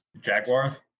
Jaguars